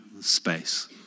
space